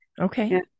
Okay